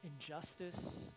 injustice